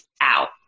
out